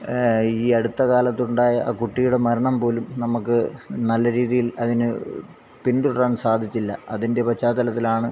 ഈ അടുത്തകാലത്ത് ഉണ്ടായ ആ കുട്ടിയുടെ മരണം പോലും നമുക്ക് നല്ല രീതിയിൽ അതിനെ പിന്തുടരാൻ സാധിച്ചില്ല അതിൻ്റെ പശ്ചാത്തലത്തിലാണ്